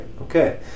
okay